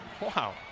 Wow